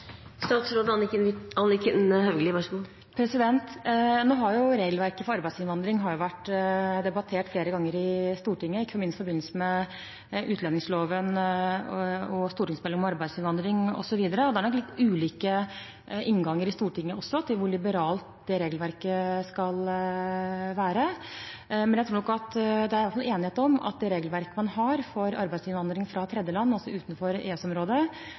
Nå har regelverket for arbeidsinnvandring vært debattert flere ganger i Stortinget, ikke minst i forbindelse med utlendingsloven og stortingsmeldingen om arbeidsinnvandring osv. Det er litt ulike innganger i Stortinget også til hvor liberalt det regelverket skal være. Men jeg tror nok det iallfall er enighet om at regelverket man har for arbeidsinnvandring fra tredjeland, altså utenfor